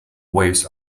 waves